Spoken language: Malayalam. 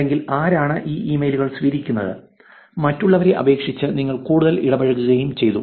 അല്ലെങ്കിൽ ആരാണ് ഈ ഇമെയിലുകൾ സ്വീകരിക്കുന്നത് മറ്റുള്ളവരെ അപേക്ഷിച്ച് നിങ്ങൾ കൂടുതൽ ഇടപഴകുകയും ചെയ്തു